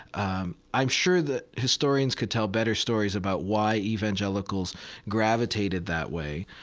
um i'm sure that historians could tell better stories about why evangelicals gravitated that way,